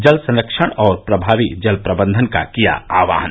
जल संरक्षण और प्रभावी जल प्रबंधन का किया आहवान